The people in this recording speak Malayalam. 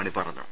മണി പറഞ്ഞു